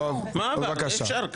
אי-אפשר.